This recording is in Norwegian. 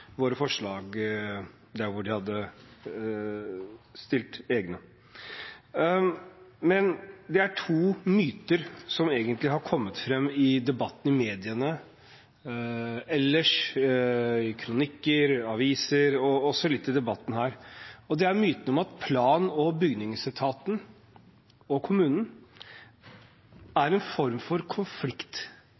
våre forslag, der hvor de hadde fremmet egne. Det er to myter som egentlig har kommet fram i debatten i mediene, i kronikker, i aviser – og også litt i debatten her. Det er myten om at plan- og bygningsetaten og kommunen er en form for